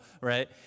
right